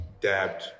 Dabbed